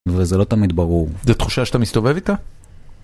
וזה לא תמיד ברור. זה תחושה שאתה מסתובב איתה?